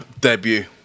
debut